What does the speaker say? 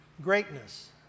Greatness